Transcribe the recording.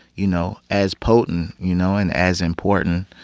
you know, as potent, you know, and as important,